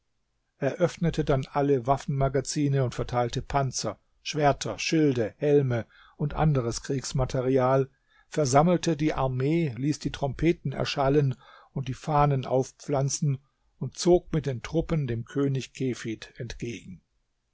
öffnete dann alle waffenmagazine und verteilte panzer schwerter schilde helme und anderes kriegsmaterial versammelte die armee ließ die trompeten erschallen und die fahnen aufpflanzen und zog mit den truppen dem könig kefid entgegen